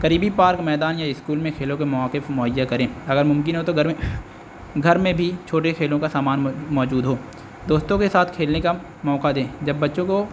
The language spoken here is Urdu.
قریبی پارک میدان یا اسکول میں کھیلوں کے موقع مہیا کریں اگر ممکن ہو تو گھر میں گھر میں بھی چھوٹے کھیلوں کا سامان موجود ہو دوستوں کے ساتھ کھیلنے کا موقع دیں جب بچوں کو